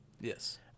Yes